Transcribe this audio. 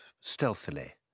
stealthily